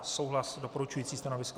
Souhlas, doporučující stanovisko.